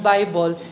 Bible